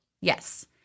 Yes